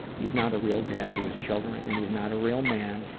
he's not a real dad to his children and he's not a real man,